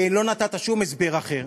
כי לא נתת שום הסבר אחר